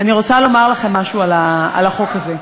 אני רוצה לומר לכם משהו על החוק הזה.